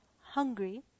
hungry